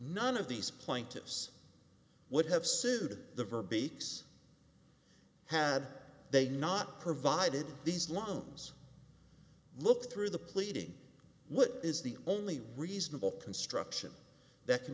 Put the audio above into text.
none of these plaintiffs would have sued the verb eats have they not provided these loans look through the pleading what is the only reasonable construction that can